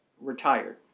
retired